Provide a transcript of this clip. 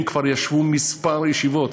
הם כבר ישבו בכמה ישיבות